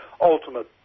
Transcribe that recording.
ultimate